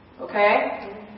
okay